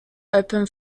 open